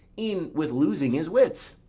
e'en with losing his wits.